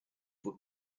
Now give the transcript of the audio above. were